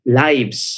lives